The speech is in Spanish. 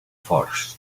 force